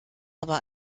aber